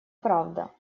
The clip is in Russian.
правда